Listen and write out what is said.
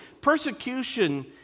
persecution